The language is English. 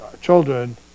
children